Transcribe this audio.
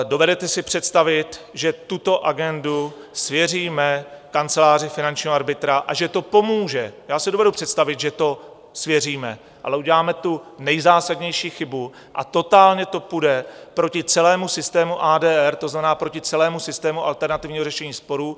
Dovedete si představit, že tuto agendu svěříme kanceláři finančního arbitra a že to pomůže já si dovedu představit, že to svěříme, ale uděláme tu nejzásadnější chybu a totálně to půjde proti celému systému ADR, to znamená, proti celému systému alternativního řešení sporů.